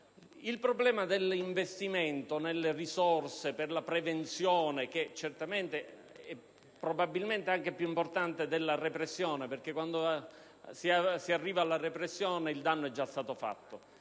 Il problema dell'investimento nelle risorse per la prevenzione probabilmente è anche più importante di quello della repressione, perché quando si arriva alla repressione il danno è già stato compiuto.